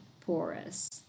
porous